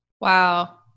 Wow